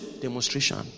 Demonstration